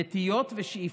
נטיות ושאיפות.